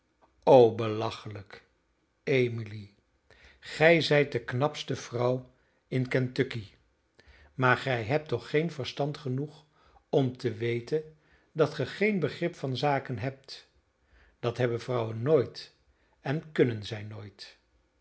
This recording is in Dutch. o belachelijk emily gij zijt de knapste vrouw in kentucky maar gij hebt toch geen verstand genoeg om te weten dat ge geen begrip van zaken hebt dat hebben vrouwen nooit en kunnen zij nooit